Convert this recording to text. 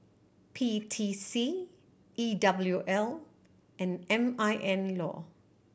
P T C E W L and M I N Law